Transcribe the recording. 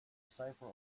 cipher